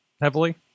heavily